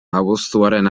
abuztuaren